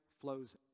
flows